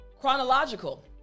Chronological